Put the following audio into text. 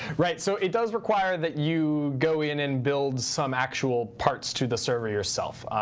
right. so it does require that you go in and build some actual parts to the server yourself.